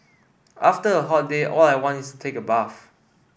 after a hot day all I want is take a bath